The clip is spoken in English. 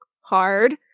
hard